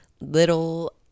little